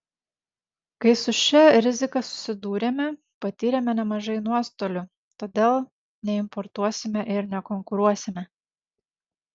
kai su šia rizika susidūrėme patyrėme nemažai nuostolių todėl neimportuosime ir nekonkuruosime